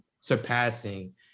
surpassing